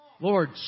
Lord